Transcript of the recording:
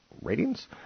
ratings